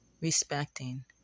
respecting